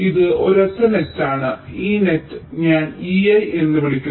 ഇത് ഒരൊറ്റ നെറ്റാണ് ഈ നെറ് ഞാൻ ei എന്ന് വിളിക്കുന്നു